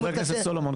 חבר הכנסת סולומון,